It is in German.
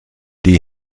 die